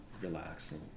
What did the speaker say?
relax